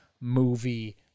movie